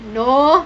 no